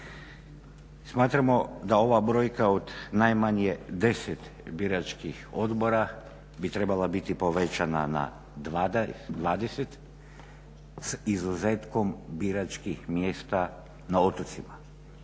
Smatramo da ova brojka od najmanje 10 biračkih odbora bi trebala biti povećana na 20 s izuzetkom biračkih mjesta na otocima